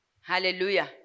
Hallelujah